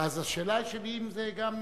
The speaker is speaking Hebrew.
אז השאלה שלי היא אם זה גם,